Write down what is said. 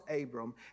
Abram